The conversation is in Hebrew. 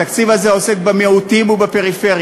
התקציב הזה עוסק במיעוטים ובפריפריה,